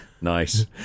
Nice